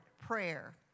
prayer